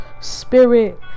spirit